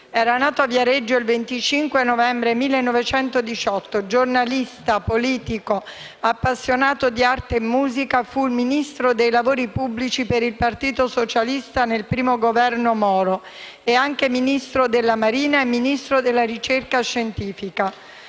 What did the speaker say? Era nato a Viareggio il 25 novembre 1918. Giornalista, politico, appassionato di arte e musica, fu Ministro dei lavori pubblici per il Partito Socialista nel primo Governo Moro e anche Ministro della marina e Ministro della ricerca scientifica.